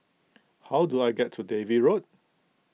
how do I get to Dalvey Road